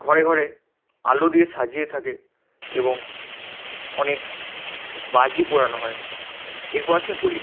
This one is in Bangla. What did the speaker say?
ঘরে ঘরে আলো দিয়ে সাজিয়ে থাকে এবং অনেক বাজি পোড়ানো হয় এরপর আসে হোলি